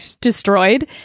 destroyed